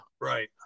Right